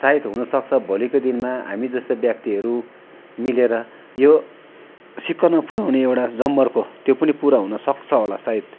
सायद हुनसक्छ भोलिको दिनमा हामी जस्ता व्यक्तिहरू मिलेर यो शिखरमा पुर्याउने एउटा जमर्को त्यो पनि पुरा हुनसक्छ होला सायद